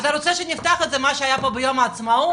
אתה רוצה שנפתח את זה מה שהיה פה ביום העצמאות,